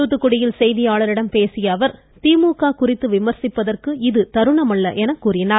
தூத்துக்குடியில் செய்தியாளர்களிடம் பேசிய திமுக குறித்து விமர்சிப்பதற்கு இது தருணமல்ல என கூறினார்